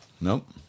Nope